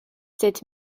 sept